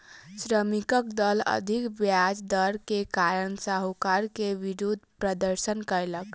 श्रमिकक दल अधिक ब्याज दर के कारण साहूकार के विरुद्ध प्रदर्शन कयलक